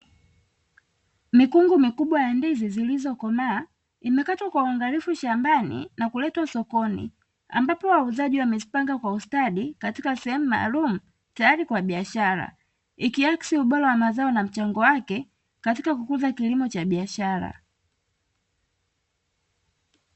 Mikungu mikubwa ya ndizi zilizokomaa imekatwa kwa uangalifu shambani na kuletwa sokoni, ambapo wauzaji wamezipanga kwa ustadi katika sehemu maalumu tayari kwa biashara, ikiakisi ubora wa mazao na mchango wake katika kukuza kilimo cha biashara.